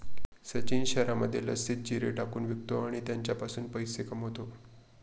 सचिन शहरामध्ये लस्सीत जिरे टाकून विकतो आणि त्याच्यापासून पैसे कमावतो